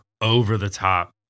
over-the-top